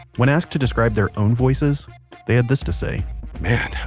when asked to describe their own voices they has this to say man,